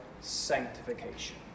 sanctification